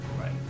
Right